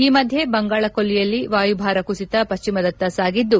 ಈ ಮಧ್ಲೆ ಬಂಗಾಳಕೊಳ್ಳಿನ ವಾಯುಭಾರ ಕುಸಿತ ಪಶ್ಚಿಮದತ್ತ ಸಾಗಿದ್ದು